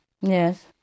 Yes